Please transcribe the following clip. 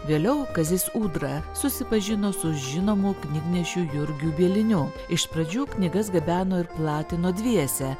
vėliau kazys ūdra susipažino su žinomu knygnešiu jurgiu bieliniu iš pradžių knygas gabeno ir platino dviese